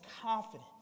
confidence